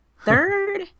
Third